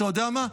אתה יודע מה?